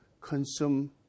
consume